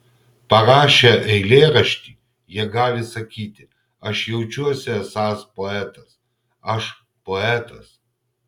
parašę eilėraštį jie gali sakyti aš jaučiuosi esąs poetas aš poetas